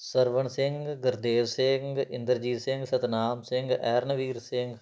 Sarwan Singh Gurdev Singh Inderjit Singh Satnam Singh Aranveer Singh